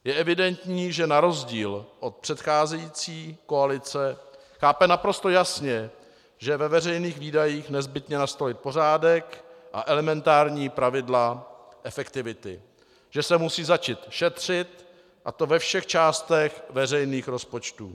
Je evidentní, že na rozdíl od předcházející koalice chápe naprosto jasně, že je ve veřejných výdajích nezbytné nastolit pořádek a elementární pravidla efektivity, že se musí začít šetřit, a to ve všech částech veřejných rozpočtů.